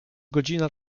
godzina